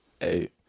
Hey